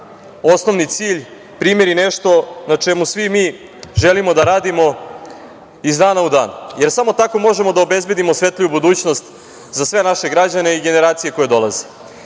osnovni cilj, primeni nešto na čemu svi mi želimo da radimo iz dana u dan, jer samo tako možemo da obezbedimo svetliju budućnost za sve naše građane i generacije koje dolaze.Za